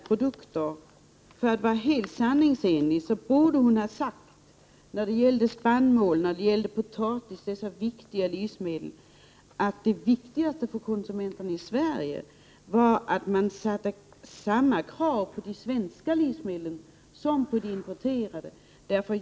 Men för att vara helt sanningsenlig borde hon ha sagt, när det gäller spannmål och potatis, dessa viktiga livsmedel, att det viktigaste för konsumenterna i Sverige är att man har samma krav på de svenska livsmedlen som på de importerade.